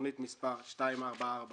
תוכנית מספר 244008,